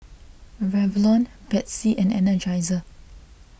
Revlon Betsy and Energizer